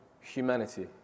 humanity